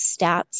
stats